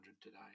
today